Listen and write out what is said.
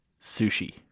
sushi